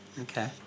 Okay